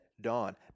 Dawn